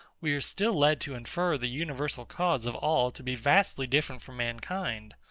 we are still led to infer the universal cause of all to be vastly different from mankind,